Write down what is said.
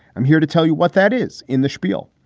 i'm here to tell you what that is in the spiel.